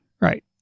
Right